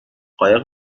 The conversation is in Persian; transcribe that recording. قایق